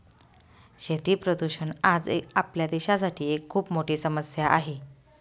शेती प्रदूषण आज आपल्या देशासाठी एक खूप मोठी समस्या आहे